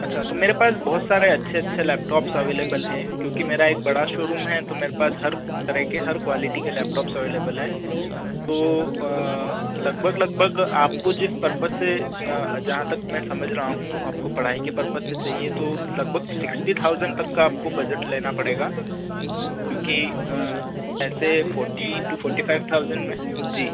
अच्छा तो मेरे पास बहुत सारे अच्छे अच्छे लैपटॉप्स अवेलेबल हैं क्यूँकि मेरा एक बड़ा शोरूम है तो मेरे पास हर तरह के हर क्वालिटी के लैपटॉप्स अवेलेबल हैं तो लगभग लगभग आपको जिस पर्पज़ से जहाँ तक मैं समझ रहा हूँ आपको पढ़ाई के पर्पज़ से चाहिए तो लगभग सिक्स्टी थाउज़ेन्ड तक का आपको बजट लेना पड़ेगा क्यूँकि ऐसे forty two forty five thousand में जी